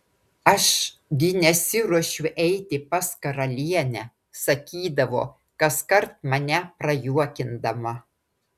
aš gi nesiruošiu eiti pas karalienę sakydavo kaskart mane prajuokindama